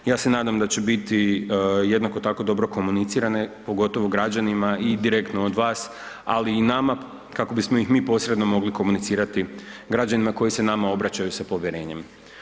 Ja se nadam da će biti jednako tako dobro komunicirane, pogotovo građanima i direktno od vas, ali i nama kako bismo ih mi posredno mogli komunicirati građanima koji se nama obraćaju sa povjerenjem.